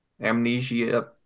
amnesia